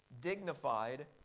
dignified